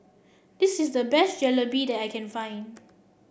this is the best Jalebi that I can find